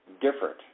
different